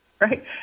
right